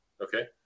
Okay